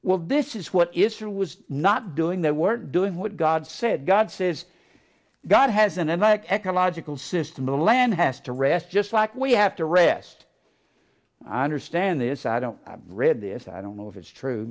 well this is what is or was not doing they were doing what god said god says god has and like ecological system the land has to rest just like we have to rest i understand this i don't read this i don't know if it's true